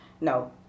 no